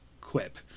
quip